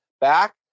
back